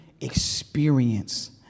experience